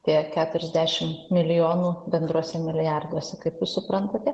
tie keturiasdešimt milijonų bendruose milijarduose kaip suprantate